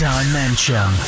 Dimension